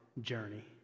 journey